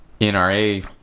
NRA